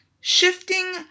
Shifting